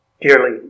dearly